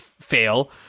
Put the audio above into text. fail